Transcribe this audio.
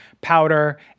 powder